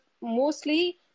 mostly